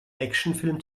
actionfilm